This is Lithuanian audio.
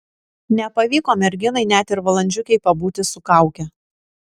nepavyko merginai net ir valandžiukei pabūti su kauke